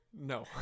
No